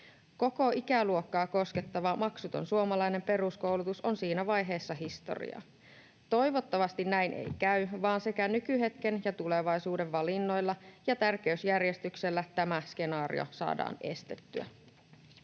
Koko ikäluokkaa koskettava maksuton suomalainen peruskoulutus on siinä vaiheessa historiaa. Toivottavasti näin ei käy vaan sekä nykyhetken että tulevaisuuden valinnoilla ja tärkeysjärjestyksellä tämä skenaario saadaan estettyä.